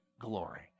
glory